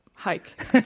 Hike